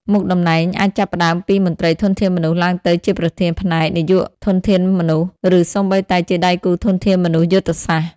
មុខតំណែងអាចចាប់ផ្តើមពីមន្ត្រីធនធានមនុស្ស ឡើងទៅជាប្រធានផ្នែក នាយកធនធានមនុស្ស ឬសូម្បីតែជាដៃគូធនធានមនុស្សយុទ្ធសាស្ត្រ។